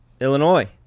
Illinois